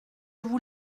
vous